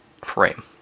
frame